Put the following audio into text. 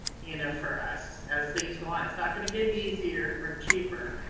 you know for us as things go on, it's not gonna get easier or cheaper.